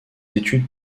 études